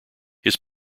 his